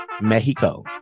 Mexico